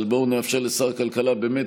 יותר פשוט להחיל ריבונות ולגמור עניין.